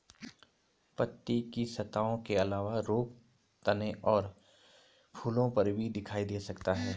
पत्ती की सतहों के अलावा रोग तने और फूलों पर भी दिखाई दे सकता है